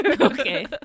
Okay